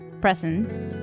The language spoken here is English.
presence